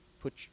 put